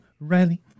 Riley